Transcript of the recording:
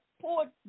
poor